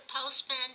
postman